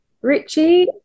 Richie